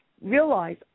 realize